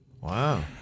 Wow